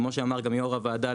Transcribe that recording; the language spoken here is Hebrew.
כמו שאמר גם יו"ר הוועדה,